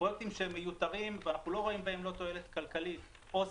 פרויקטים שהם מיותרים ואנחנו לא רואים בהם לא תועלת כלכלית או סביבתית.